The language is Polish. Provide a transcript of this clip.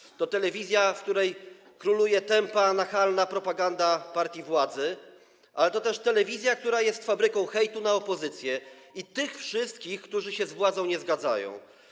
TVP to telewizja, w której króluje tępa, nachalna propaganda partii władzy, ale to też telewizja, która jest fabryką hejtu na opozycję i tych wszystkich, którzy się z władzą nie zgadzają.